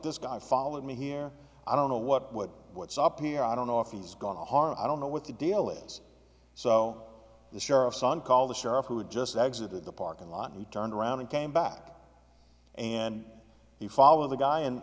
this guy followed me here i don't know what what what's up here i don't know if he's going to harm i don't know what the deal is so the sheriffs on call the sheriff who had just exited the parking lot he turned around and came back and he followed the guy